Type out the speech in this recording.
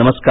नमस्कार